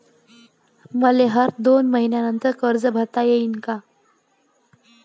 मले हर दोन मयीन्यानंतर कर्ज भरता येईन का?